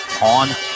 On